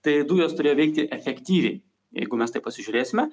tai dujos turėjo veikti efektyviai jeigu mes taip pasižiūrėsime